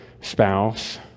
spouse